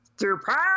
Surprise